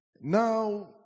Now